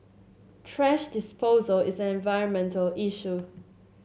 thrash disposal is an environmental issue